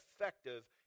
effective